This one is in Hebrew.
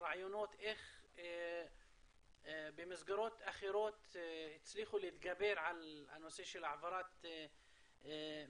רעיונות איך במסגרות אחרות הצליחו להתגבר על הנושא של העברת מידע.